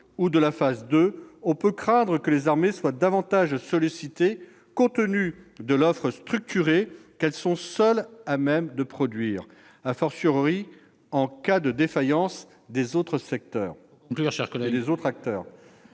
ou de la phase 2, on peut craindre que les armées ne soient davantage sollicitées compte tenu de l'offre structurée qu'elles sont seules à même de produire, en cas de défaillance des autres acteurs.